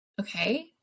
Okay